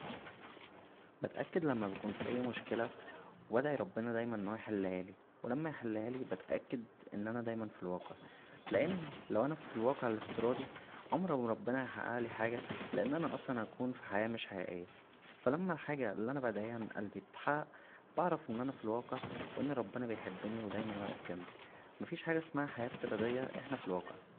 بتاكد لما بكون فى اى مشكله وادعى ربنا دايما ان هو يحلهالى و لما يحلهالى بتأكد ان انا دايما فالواقع لان لو انا فالواقع الافتراضى عمر ما ربنا هيحققلى حاجه لان انا اصلا هكون فى حياه مش حقيقيه فا لما الحاجه اللى انا بدعيها من قلبى تتحقق بعرف ان انا فالواقع وان ربنا بيحبنى و دايما واقف جنبى مفيش حاجه اسمها حياه افتراضيه احنا فالواقع